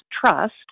Trust